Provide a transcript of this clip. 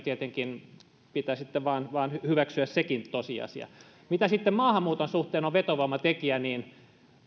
tietenkin pitää sitten vain hyväksyä sekin tosiasia mikä sitten maahanmuuton suhteen on vetovoimatekijä niin